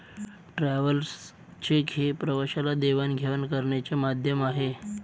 travellers cheque हे प्रवाशाला देवाणघेवाण करण्याचे माध्यम आहे